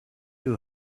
you